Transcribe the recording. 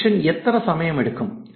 ഡിലീഷിഷൻ എത്ര സമയമെടുക്കും